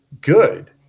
good